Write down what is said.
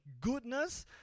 goodness